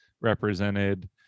represented